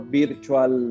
virtual